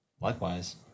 Likewise